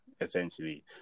essentially